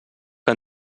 que